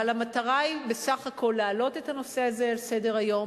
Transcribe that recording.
אבל המטרה היא בסך הכול להעלות את הנושא הזה על סדר-היום,